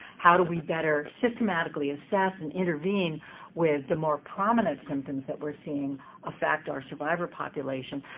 how do we better systematically assess and intervene with the more prominent symptoms that we're seeing affect our survivor population,